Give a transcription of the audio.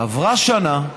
עברה שנה,